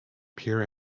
pure